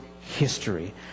history